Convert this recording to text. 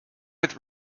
with